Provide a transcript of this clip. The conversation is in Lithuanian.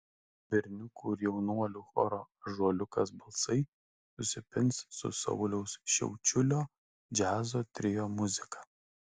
berniukų ir jaunuolių choro ąžuoliukas balsai susipins su sauliaus šiaučiulio džiazo trio muzika